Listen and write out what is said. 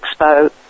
expo